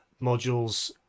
modules